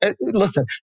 listen